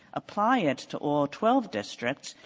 apply it to all twelve districts,